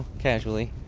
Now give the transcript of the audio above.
casually,